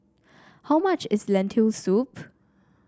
how much is Lentil Soup